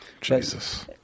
Jesus